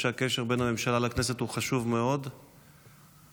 חלק מהכלים הפרלמנטריים הם שאילתות לשרים,